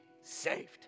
saved